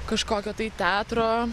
kažkokio tai teatro